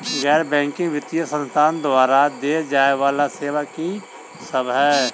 गैर बैंकिंग वित्तीय संस्थान द्वारा देय जाए वला सेवा की सब है?